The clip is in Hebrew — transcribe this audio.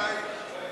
גפני,